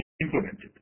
implemented